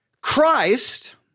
Christ